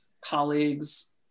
colleagues